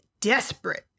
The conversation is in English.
desperate